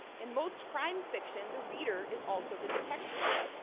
in most crime fiction, the reader is also the detective.